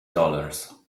dollars